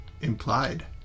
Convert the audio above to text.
implied